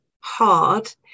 hard